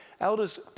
elders